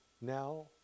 now